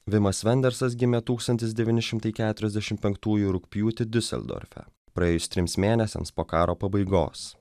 vimas vendersas gimė tūkstantis devyni šimtai keturiasdešim penktųjų rugpjūtį diuseldorfe praėjus trims mėnesiams po karo pabaigos